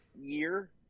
year